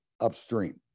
upstream